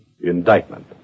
Indictment